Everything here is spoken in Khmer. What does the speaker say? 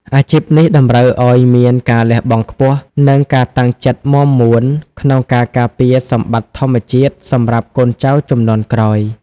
អាជីពនេះតម្រូវឱ្យមានការលះបង់ខ្ពស់ និងការតាំងចិត្តមាំមួនក្នុងការការពារសម្បត្តិធម្មជាតិសម្រាប់កូនចៅជំនាន់ក្រោយ។